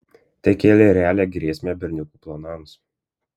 tai kėlė realią grėsmę berniukų planams